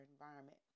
environment